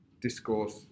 discourse